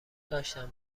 داشتم